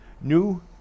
new